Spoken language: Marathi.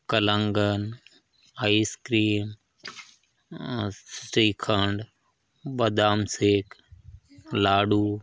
कलाकंद आईस्क्रीम श्रीखंड बदाम शेक लाडू